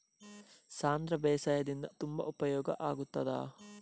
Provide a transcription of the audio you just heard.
ಸಾಂಧ್ರ ಬೇಸಾಯದಿಂದ ತುಂಬಾ ಉಪಯೋಗ ಆಗುತ್ತದಾ?